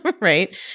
right